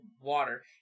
water